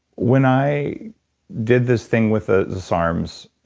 when i did this thing with ah the sarms,